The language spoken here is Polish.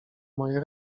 moje